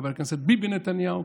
חבר הכנסת ביבי נתניהו,